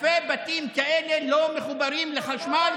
אלפי בתים כאלה לא מחוברים לחשמל